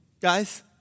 guys